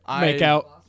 make-out